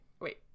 wait